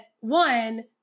one